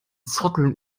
zotteln